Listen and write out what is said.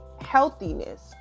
healthiness